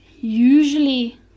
usually